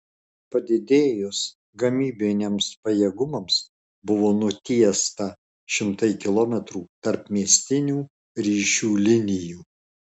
padidėjus gamybiniams pajėgumams buvo nutiesta šimtai kilometrų tarpmiestinių ryšių linijų